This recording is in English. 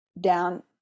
down